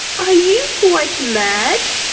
are you quite mad!